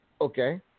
Okay